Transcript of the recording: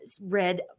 read